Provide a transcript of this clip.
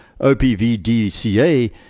OPVDCA